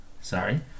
sorry